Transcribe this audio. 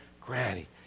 Granny